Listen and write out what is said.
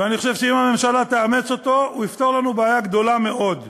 ואני חושב שאם הממשלה תאמץ אותו הוא יפתור לנו בעיה גדולה מאוד: